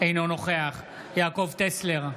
אינו נוכח יעקב טסלר,